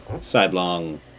sidelong